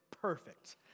perfect